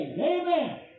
Amen